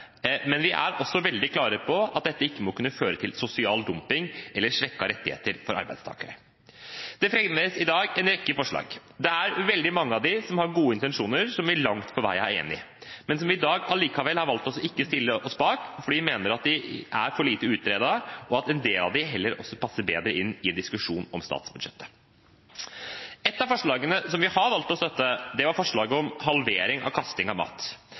men vi er også veldig klare på at dette ikke må kunne føre til sosial dumping eller svekkede rettigheter for arbeidstakere. Det fremmes i dag en rekke forslag. Det er veldig mange av dem som har gode intensjoner, som vi langt på vei er enige i, men som vi i dag likevel har valgt ikke å stille oss bak, for vi mener at de er for lite utredet, og at en del av dem heller passer bedre inn i diskusjonen om statsbudsjettet. Ett av forslagene som vi har valgt å støtte, er forslaget om halvering av kasting av mat.